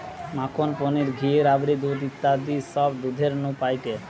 মাখন, পনির, ঘি, রাবড়ি, দুধ ইত্যাদি সব দুধের নু পায়েটে